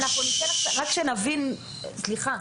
סליחה.